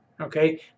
okay